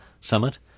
summit